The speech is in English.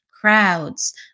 crowds